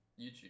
YouTube